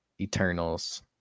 eternals